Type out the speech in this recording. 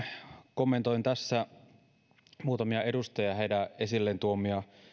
kommentoin tässä muutamien edustajien esille tuomia